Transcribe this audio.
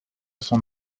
son